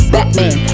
Batman